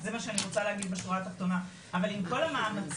זה מה שאני רוצה להגיד בשורה תחתונה - אבל אם כל המאמצים